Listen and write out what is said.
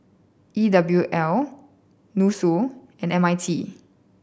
E W L NUSSU and M I T